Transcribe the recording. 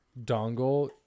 dongle